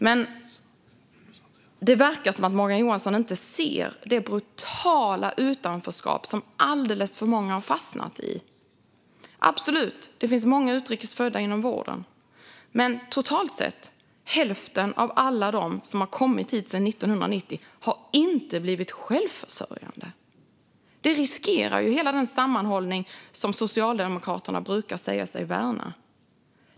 Men det verkar som att Morgan Johansson inte ser det brutala utanförskap som alldeles för många har fastnat i. Det finns många utrikes födda inom vården, absolut, men totalt sett har hälften av alla dem som kommit hit sedan 1990 inte blivit självförsörjande. Detta riskerar hela den sammanhållning som Socialdemokraterna brukar säga sig värna.